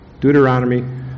Deuteronomy